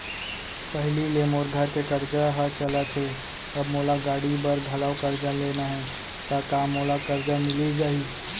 पहिली ले मोर घर के करजा ह चलत हे, अब मोला गाड़ी बर घलव करजा लेना हे ता का मोला करजा मिलिस जाही?